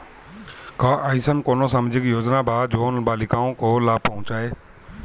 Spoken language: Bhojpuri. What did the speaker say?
का अइसन कोनो सामाजिक योजना बा जोन बालिकाओं को लाभ पहुँचाए?